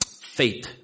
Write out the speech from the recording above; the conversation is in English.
faith